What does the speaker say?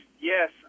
Yes